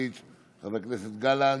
חבר הכנסת סמוטריץ'; חבר הכנסת גלנט.